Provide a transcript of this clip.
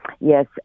yes